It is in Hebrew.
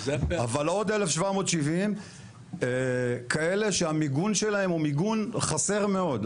אבל עוד 1,770 כאלה שהמיגון שלהם הוא מיגון חסר מאוד,